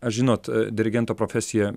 aš žinot dirigento profesija